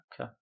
Okay